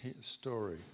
story